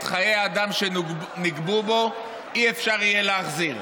את חיי האדם שנגבו בו, לא יהיה אפשר להחזיר,